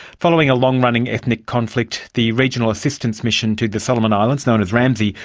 following a long-running ethnic conflict, the regional assistance mission to the solomon islands, known as ramsi,